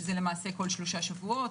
שזה כל שלושה שבועות,